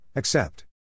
Accept